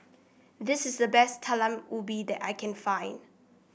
this is the best Talam Ubi that I can find